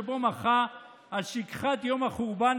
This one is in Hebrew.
שבו מחה על שכחת יום החורבן,